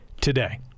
today